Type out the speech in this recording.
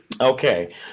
Okay